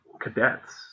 cadets